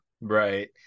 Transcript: Right